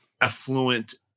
affluent